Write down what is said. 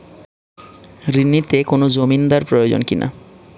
ঋণ নিতে কোনো জমিন্দার প্রয়োজন কি না?